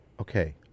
Okay